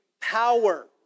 power